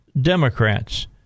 Democrats